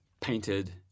Painted